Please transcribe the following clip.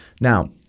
now